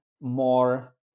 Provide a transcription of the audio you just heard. more